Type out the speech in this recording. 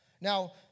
Now